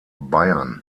bayern